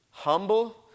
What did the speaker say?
Humble